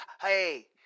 Hey